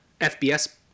FBS